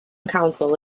council